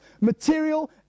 Material